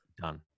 done